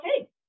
okay